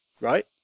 right